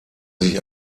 sich